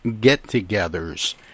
get-togethers